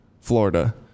Florida